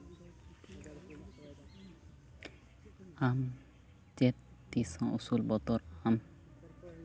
ᱟᱢ ᱪᱮᱫ ᱛᱤᱥ ᱦᱚᱸ ᱩᱥᱩᱞ ᱵᱚᱛᱚᱨᱚᱜᱼᱟᱢ